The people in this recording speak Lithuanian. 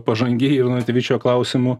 pažangi ir inovatyvi šiuo klausimu